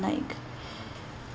like